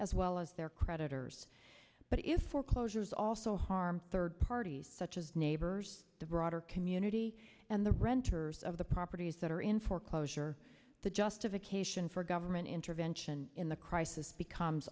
as well as their creditors but if foreclosures also harm third parties such as neighbors the broader community and the renters of the properties that are in foreclosure the justification for government intervention in the crisis becomes